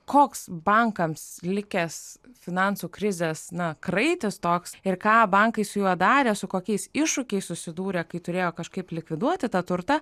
koks bankams likęs finansų krizės na kraitis toks ir ką bankai su juo darė su kokiais iššūkiais susidūrė kai turėjo kažkaip likviduoti tą turtą